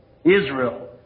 Israel